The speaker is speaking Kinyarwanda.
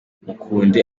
mukunde